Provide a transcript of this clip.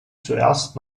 zuerst